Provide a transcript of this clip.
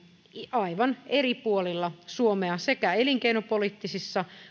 eri puolilla suomea sekä elinkeinopoliittisia